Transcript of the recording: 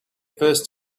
first